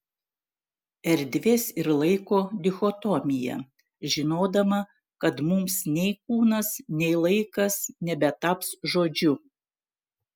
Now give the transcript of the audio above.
erdvės ir laiko dichotomija žinodama kad mums nei kūnas nei laikas nebetaps žodžiu